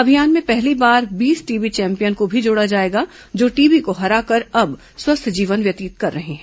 अभियान में पहली बार बीस टीबी चैंपियन को भी जोड़ा जाएगा जो टीबी को हराकर अब स्वस्थ जीवन व्यतीत कर रहे हैं